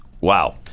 Wow